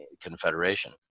confederation